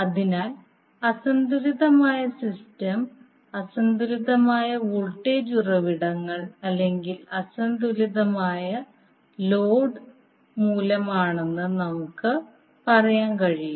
അതിനാൽ അസന്തുലിതമായ സിസ്റ്റം അസന്തുലിതമായ വോൾട്ടേജ് ഉറവിടങ്ങൾ അല്ലെങ്കിൽ അസന്തുലിതമായ ലോഡ് മൂലമാണെന്ന് നമുക്ക് പറയാൻ കഴിയും